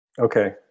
Okay